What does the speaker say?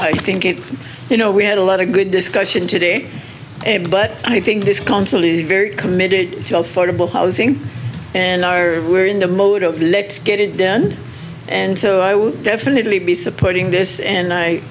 i think you know we had a lot of good discussion today but i think he's constantly very committed floatable housing and i are we're in the mode of let's get it done and so i would definitely be supporting this and i